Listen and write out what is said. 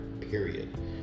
Period